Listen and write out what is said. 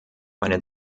meine